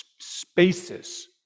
spaces